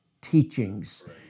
teachings